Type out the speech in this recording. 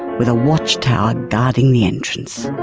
with a watch tower guarding the entrance.